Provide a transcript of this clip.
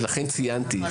אז לכן ציינתי את זה.